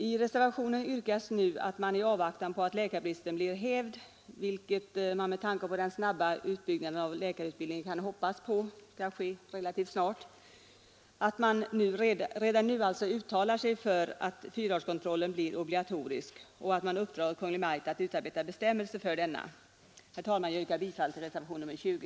I reservationen yrkas att man i avvaktan på att läkarbristen blir hävd — vilket man med tanke på den snabba utbyggnaden av läkarutbildningen kan hoppas skall ske relativt snart — redan nu skall uttala sig för att fyraårskontrollen blir obligatorisk och uppdraga åt Kungl. Maj:t att utarbeta bestämmelser för denna. Herr talman! Jag yrkar bifall till reservationen 20.